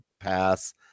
pass